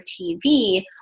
tv